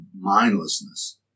mindlessness